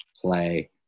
play